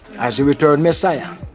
as the returned messiah.